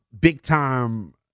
big-time